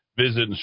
visit